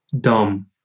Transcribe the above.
dumb